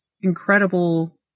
incredible